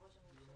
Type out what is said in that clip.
אני רוצה לומר